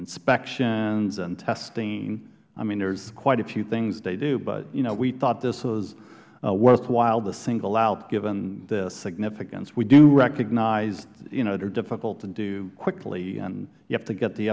inspections and testing i mean there's quite a few things they do but you know we thought this was worthwhile to single out given the significance we do recognize you know they're difficult to do quickly and you have to get the